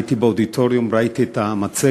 הייתי באודיטוריום, ראיתי את המצגת,